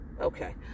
okay